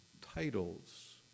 titles